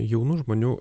jaunų žmonių